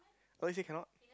I always say cannot